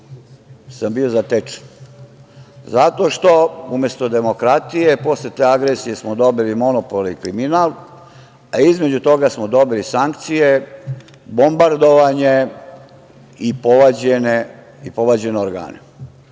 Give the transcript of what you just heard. sam bio zatečen zato što umesto demokratije posle te agresije smo dobili monopol i kriminal, a između toga smo dobili sankcije, bombardovanje i povađene organe.